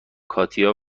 کاتیا